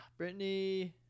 Britney